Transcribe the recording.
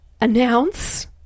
announce